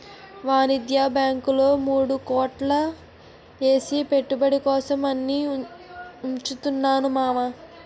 వాణిజ్య బాంకుల్లో మూడు కోట్లు ఏసి పెట్టుబడి కోసం అని ఉంచుతున్నాను మావా